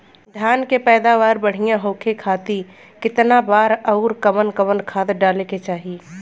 धान के पैदावार बढ़िया होखे खाती कितना बार अउर कवन कवन खाद डाले के चाही?